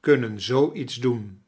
kunnen zoo lets doen